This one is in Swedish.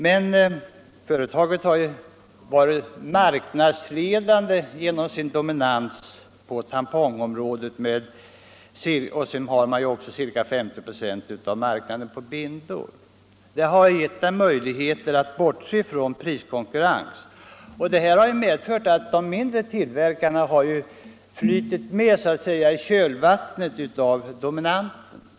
Men företaget har ju varit marknadsledande genom sin dominans på tampongområdet, och sedan har det även haft ca 50 96 av marknaden för bindor. Det har gett företaget möjligheter att bortse från priskonkurrensen, vilket medfört att de mindre tillverkarna så att säga flutit med i kölvattnet efter det dominerande företaget.